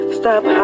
stop